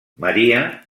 maria